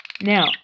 Now